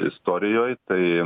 istorijoj tai